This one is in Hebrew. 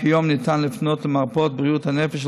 וכיום ניתן לפנות למרפאות בריאות הנפש של